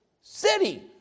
city